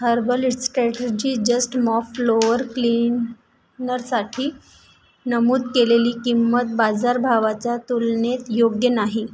herbal strategy just mop floor क्लीनरसाठी नमूद केलेली किंमत बाजारभावाच्या तुलनेत योग्य नाही